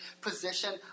position